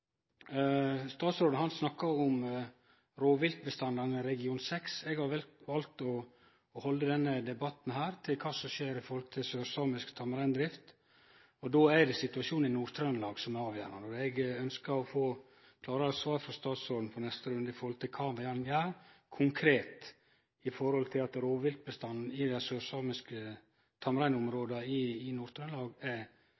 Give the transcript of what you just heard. Statsråden snakkar om rovviltbestanden i region 6. Eg har valt å halde denne debatten til kva som skjer når det gjeld sørsamisk tamreindrift. Då er det situasjonen i Nord-Trøndelag som er avgjerande, og eg ønskjer i neste runde å få klarare svar frå statsråden med tanke på kva han konkret gjer med omsyn til at rovviltbestanden i dei sørsamiske tamreinområda i Nord-Trøndelag ligg omtrent dobbelt så høgt som han skal vere. Eg er